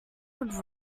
would